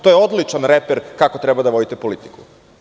To je odličan reper kako treba da vodite politiku.